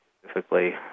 specifically